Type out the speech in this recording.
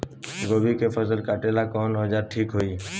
गोभी के फसल काटेला कवन औजार ठीक होई?